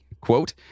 Quote